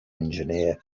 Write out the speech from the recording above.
engineer